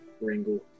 wrangle